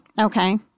Okay